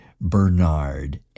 Bernard